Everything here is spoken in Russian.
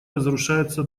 разрушается